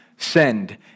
send